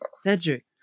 Cedric